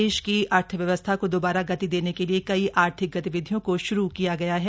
प्रदेश की अर्थव्यवस्था को दोबारा गति देने के लिए कई आर्थिक गतिविधियों को श्रू किया गया है